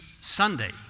Sunday